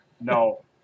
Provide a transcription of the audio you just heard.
No